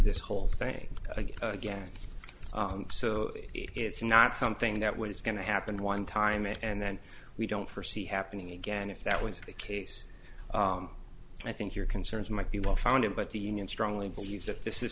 this whole thing again again so it's not something that was going to happen one time and then we don't forsee happening again if that was the case i think your concerns might be well founded but the union strongly believes that this is